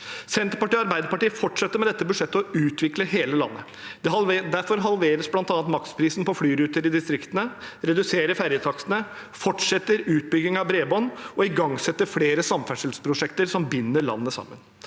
Senterpartiet og Arbeiderpartiet fortsetter med dette budsjettet å utvikle hele landet. Derfor halverer vi bl.a. maksprisen på flyruter i distriktene, reduserer ferjetakstene, fortsetter utbygging av bredbånd og igangsetter flere samferdselsprosjekter som binder landet sammen.